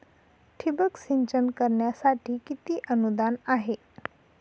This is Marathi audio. ठिबक सिंचन करण्यासाठी किती अनुदान आहे?